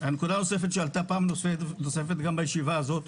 נקודה נוספת שעלתה פעם נוספת גם בישיבה הזאת,